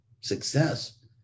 success